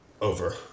over